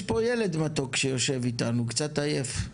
יש פה ילד מתוק שיושב איתנו, קצת עייף.